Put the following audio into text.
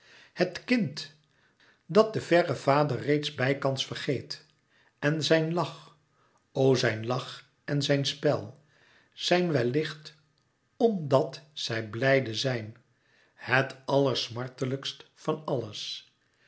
het kind dat den verren vader reeds bijkans vergeet en zijn lach o zijn lach en zijn spel zijn wellicht omdàt zij blijde zijn het allersmartelijkst van alles